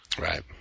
Right